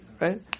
right